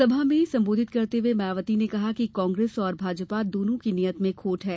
सभा को संबोधित करते हुए मायावती ने कहा कि कांग्रेस और भाजपा दोनों की नीयत में खट है